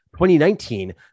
2019